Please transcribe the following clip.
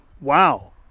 Wow